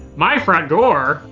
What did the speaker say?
my front door?